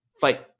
Fight